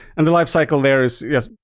and the lifecycle there is yes,